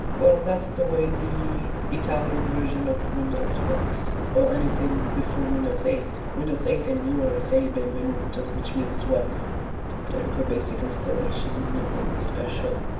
well, that's the way the italian version of windows works. well, anything before windows eight. windows eight and newer say benvenuto which means welcome. there you go. basic installation, nothing special.